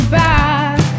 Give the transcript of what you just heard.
back